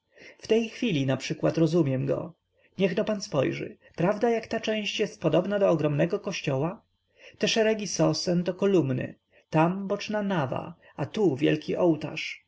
w tej chwili naprzykład rozumiem go niechno pan spojrzy prawda jak ta część jest podobna do ogromnego kościoła te szeregi sosen to kolumny tam boczna nawa a tu wielki ołtarz